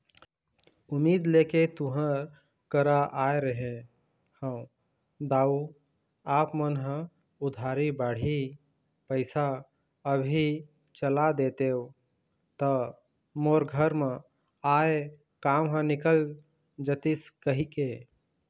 उम्मीद लेके तुँहर करा आय रहें हँव दाऊ आप मन ह उधारी बाड़ही पइसा अभी चला देतेव त मोर घर म आय काम ह निकल जतिस कहिके